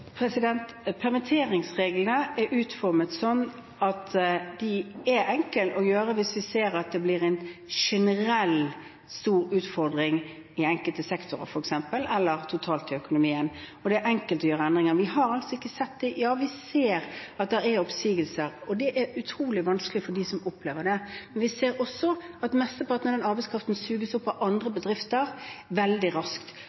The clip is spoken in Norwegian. Permitteringsreglene er utformet sånn at de er enkle å gjøre om hvis vi ser at det blir en generelt stor utfordring i enkelte sektorer, f.eks., eller totalt i økonomien. Det er enkelt å foreta endringer. Vi har ikke sett det. Jo, vi ser oppsigelser, og det er utrolig vanskelig for dem som opplever det, men vi ser også at mesteparten av den arbeidskraften suges opp av andre bedrifter veldig raskt.